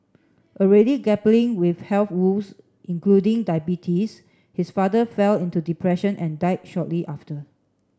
already grappling with health woes including diabetes his father fell into depression and died shortly after